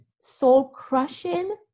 soul-crushing